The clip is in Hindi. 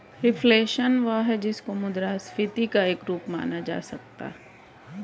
रिफ्लेशन वह है जिसको मुद्रास्फीति का एक रूप माना जा सकता है